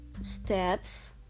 steps